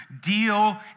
deal